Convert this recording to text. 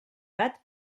bat